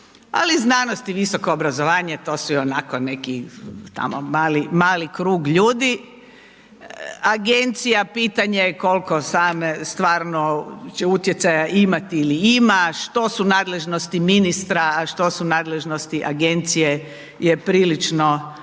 znanost i visoko obrazovanje to su i onako neki tamo mali, mali krug ljudi, agencija kolko stvarno će utjecaja imati ili ima, što su nadležnosti ministra, a što su nadležnosti agencije je prilično